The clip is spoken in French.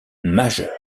majeure